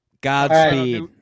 Godspeed